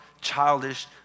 childish